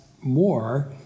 more